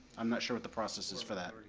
i'm not sure what the process is for that.